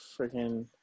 freaking